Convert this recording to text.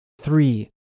three